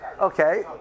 Okay